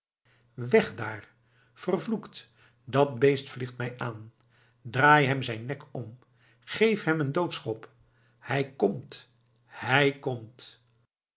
weg daar vervloekt dat beest vliegt mij aan draai hem zijn nek om geef hem een doodschop hij komt hij komt